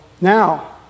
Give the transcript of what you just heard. now